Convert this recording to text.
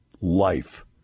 life